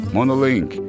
Monolink